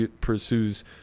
pursues